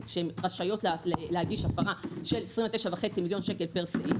שרשאיות להגיש הפרה של 29 מיליון שקל פר סעיף,